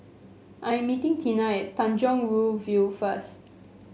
I am meeting Teena at Tanjong Rhu View first